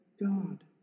God